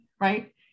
Right